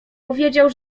powiedział